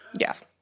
Yes